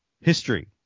history